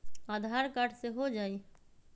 आधार card से हो जाइ?